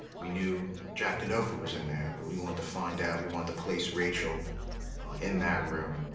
we knew jack denofa was in there, but we wanted to find out, we wanted to place rachel in that room.